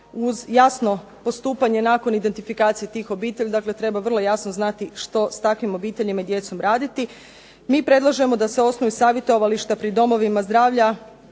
uz jasno postupanje nakon identifikacije tih obitelji, treba vrlo jasno znati što s takvim obiteljima i djecom raditi. Mi predlažemo da se osnuju savjetovališta pri domovima zdravlja